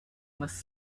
must